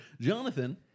Jonathan